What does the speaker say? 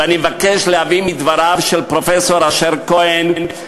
ואני מבקש להביא מדבריו של פרופסור אשר כהן,